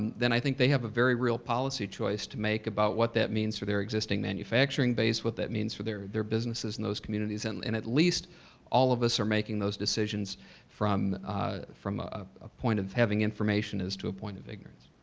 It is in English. then i think they have a very real policy choice to make about what that means for their existing manufacturing base, what that means for their their businesses in those communities and and at least all of us are making those decisions from a ah ah ah point of having information as to point of ignorance.